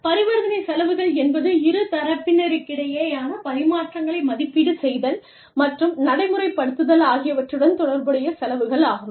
பரிவர்த்தனை செலவுகள் என்பது இரு தரப்பினருக்கிடையேயான பரிமாற்றங்களை மதிப்பீடு செய்தல் மற்றும் நடைமுறைப்படுத்துதல் ஆகியவற்றுடன் தொடர்புடைய செலவுகள் ஆகும்